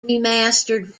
remastered